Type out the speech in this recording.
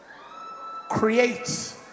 create